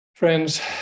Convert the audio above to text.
Friends